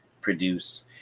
produce